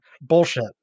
bullshit